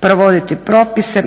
prevoditi propise